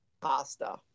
Pasta